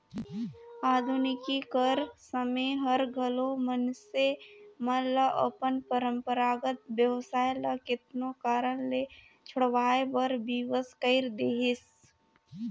आधुनिकीकरन कर समें हर घलो मइनसे मन ल अपन परंपरागत बेवसाय ल केतनो कारन ले छोंड़वाए बर बिबस कइर देहिस